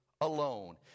alone